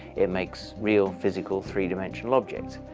it makes real, physical, three dimensional objects.